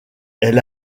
elle